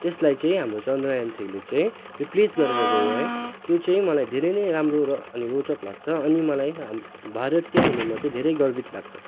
त्यसलाई चै हाम्रो चन्द्रयान थ्रीले चाहिँ रिप्लेस गरेर गयो है त्यो चाहिँ मलाई धेरै नै राम्रो र अनि रोचक लाग्छ अनि मलाई हाम भारतीय हुनुमा चाहिँ धेरै गर्वित लाग्छ